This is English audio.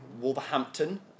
Wolverhampton